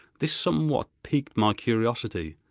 this somewhat piqued my curiosity,